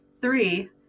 Three